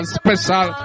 special